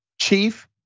chief